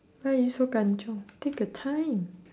why are you so kanchiong take your time